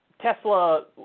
Tesla